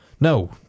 No